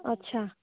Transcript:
ଆଚ୍ଛା